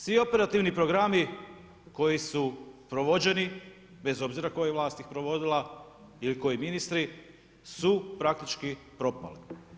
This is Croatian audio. Svi operativni programi koji su provođeni, bez obzira koja ih je vlast provodila ili koji ministri su praktički propali.